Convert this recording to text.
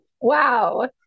wow